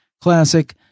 classic